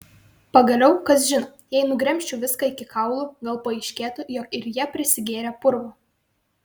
pagaliau kas žino jei nugremžčiau viską iki kaulų gal paaiškėtų jog ir jie prisigėrę purvo